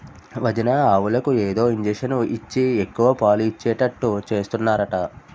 వదినా ఆవులకు ఏదో ఇంజషను ఇచ్చి ఎక్కువ పాలు ఇచ్చేటట్టు చేస్తున్నారట